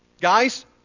Guys